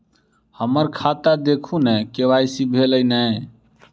हम्मर खाता देखू नै के.वाई.सी भेल अई नै?